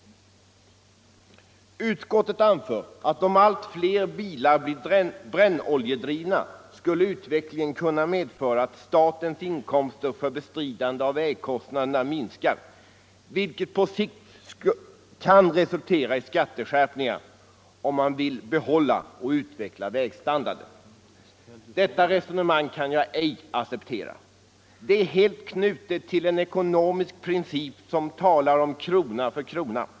Utskottet anför att om allt fler bilar blir brännoljedrivna skulle utvecklingen kunna medföra att statens inkomster för bestridande av vägkostnaderna minskar, vilket på sikt kan resultera i skatteskärpningar om man vill behålla och utveckla vägstandarden. Detta resonemang kan jag ej acceptera. Det är helt knutet till en ekonomisk princip som talar om krona för krona.